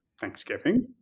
Thanksgiving